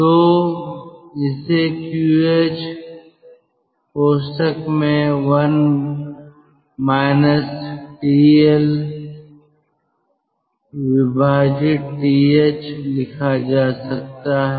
तो इसे QH 1 TLTH लिखा जा सकता है